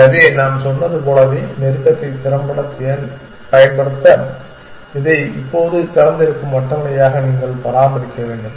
எனவே நாம் சொன்னது போலவே நெருக்கத்தை திறம்பட பயன்படுத்த இதை இப்போது திறந்திருக்கும் அட்டவணையாக நீங்கள் பராமரிக்க வேண்டும்